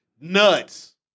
Nuts